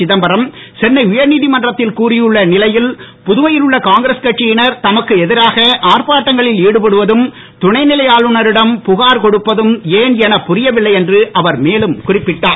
சிதம்பரம் சென்னை உயர் நீதிமன்றத்தில் கூறியுள்ள நிலையில் புதுவையில் உள்ள காங்கிரஸ் கட்சியினர் தமக்கு எதிராக ஆர்ப்பாட்டங்களில் ஈடுபடுவதும் துணைநிலை ஆளுநரிடம் புகார் கொடுப்பதும் ஏன் எனப் புரியவில்லை என்று அவர் மேலும் குறிப்பிட்டார்